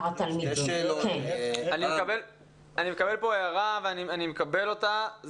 התלמידים -- רחלי אני מקבל פה הערה ואני מקבל אותה.